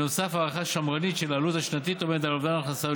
הערכה שמרנית של העלות השנתית של אובדן הכנסות